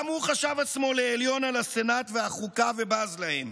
גם הוא חשב עצמו לעליון על הסנאט והחוקה, ובז להם.